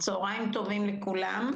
צהריים טובים לכולם.